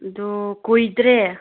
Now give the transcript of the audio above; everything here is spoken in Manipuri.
ꯑꯗꯨ ꯀꯨꯏꯗ꯭ꯔꯦ